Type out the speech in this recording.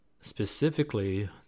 specifically